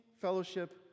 fellowship